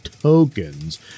tokens